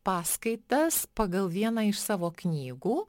paskaitas pagal vieną iš savo knygų